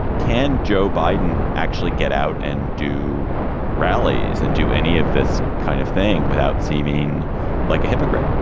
can joe biden actually get out and do rallies and do any of this kind of thing without seeming like a hypocrite?